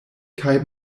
kaj